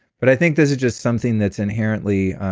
but i think this is just something that's inherently